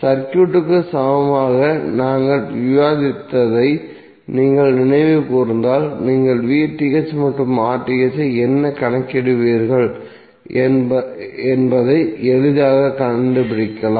சர்க்யூட்க்கு சமமாக நாங்கள் விவாதித்ததை நீங்கள் நினைவு கூர்ந்தால் நீங்கள் மற்றும் ஐ எவ்வாறு கணக்கிடுவீர்கள் என்பதை எளிதாக கண்டுபிடிக்கலாம்